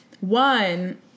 one